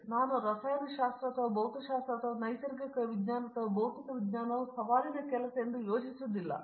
ಆದ್ದರಿಂದ ನಾನು ರಸಾಯನಶಾಸ್ತ್ರ ಅಥವಾ ಭೌತಶಾಸ್ತ್ರ ಅಥವಾ ನೈಸರ್ಗಿಕ ವಿಜ್ಞಾನ ಅಥವಾ ಭೌತಿಕ ವಿಜ್ಞಾನವು ಸವಾಲಿನ ಕೆಲಸ ಎಂದು ಯೋಚಿಸುವುದಿಲ್ಲ